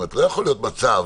לא יכול להיות מצב